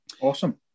Awesome